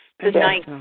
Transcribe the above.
Tonight